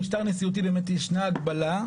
במשטר נשיאותי באמת ישנה הגבלה,